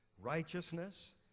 righteousness